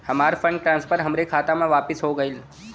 हमार fund transfer हमरे खाता मे वापस हो गईल